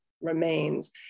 remains